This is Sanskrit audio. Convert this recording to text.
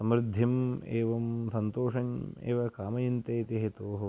समृद्धिम् एवं सन्तोषम् एव कामयन्ते इति हेतोः